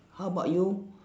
how about you